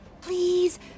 Please